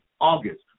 August